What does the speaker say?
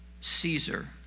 Caesar